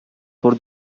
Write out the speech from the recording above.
for